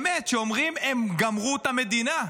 באמת, שאומרים: הם גמרו את המדינה,